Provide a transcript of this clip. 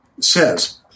says